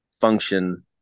function